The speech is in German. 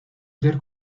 der